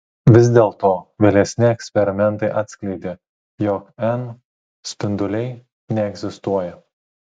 vis dėlto vėlesni eksperimentai atskleidė jog n spinduliai neegzistuoja